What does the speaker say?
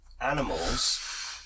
animals